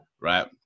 right